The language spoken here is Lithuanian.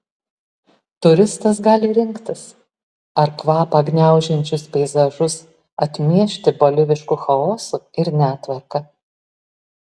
turistas gali rinktis ar kvapą gniaužiančius peizažus atmiešti bolivišku chaosu ir netvarka